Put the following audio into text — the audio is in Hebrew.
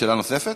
שאלה נוספת?